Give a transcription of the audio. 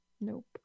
Nope